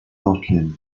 portland